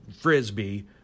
frisbee